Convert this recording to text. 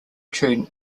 tune